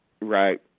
Right